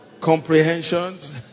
Comprehensions